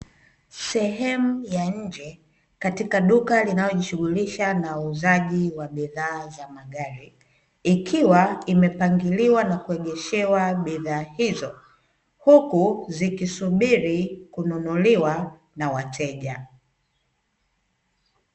Sehemu ya nje katika duka linalo jishughulisha na uuzaji wa bidhaa za magari ikiwa imepangiliwa na kuegeshewa bidhaa hizo huku zikisubiri kununuliwa na wateja.